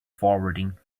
forwarding